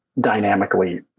dynamically